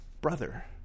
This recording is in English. brother